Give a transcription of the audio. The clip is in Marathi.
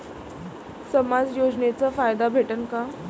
समाज योजनेचा फायदा भेटन का?